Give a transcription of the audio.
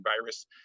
virus